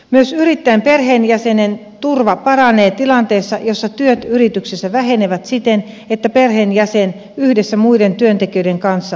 myös yrittäjän perheenjäsenen turva paranee tilanteessa jossa työt yrityksessä vähenevät siten että perheenjäsen yhdessä muiden työntekijöiden kanssa lomautetaan